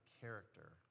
character